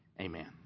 Amen